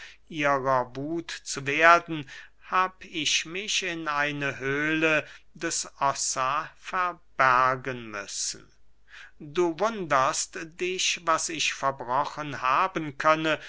ihrer wuth zu werden hab ich mich in eine höhle des ossa verbergen müssen du wunderst dich was ich verbrochen haben könne